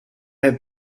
have